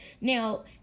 now